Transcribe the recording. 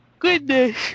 Goodness